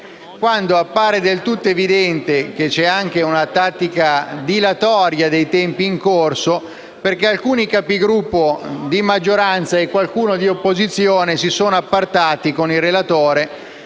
quando appare del tutto evidente che c'è una tattica dilatoria dei tempi in corso, perché alcuni Capigruppo di maggioranza e qualcuno di opposizione si sono appartati con il relatore